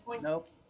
nope